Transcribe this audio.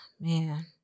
man